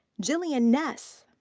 jillian ness.